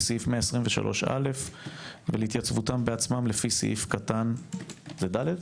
סעיף 123א ולהתייצבותם בעצמם לפי סעיף קטן (ד).